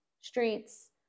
streets